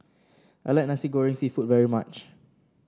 I like Nasi Goreng seafood very much